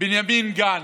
ובנימין גנץ.